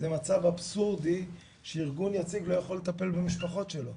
זה מצב אבסורדי שארגון יציג לא יכול לטפל במשפחות שלו.